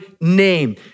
name